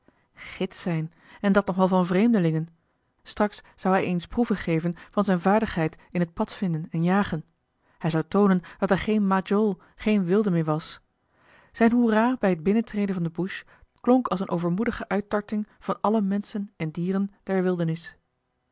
zijn en dat nog wel van vreemdelingen straks zou hij eens proeven geven van zijne vaardigheid in het padvinden en jagen hij zou toonen dat hij geen majol geen wilde meer was zijn hoera bij het betreden van de bush klonk als eene overmoedige uittarting van alle menschen en dieren der wildernis